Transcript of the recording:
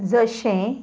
जशें